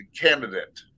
candidate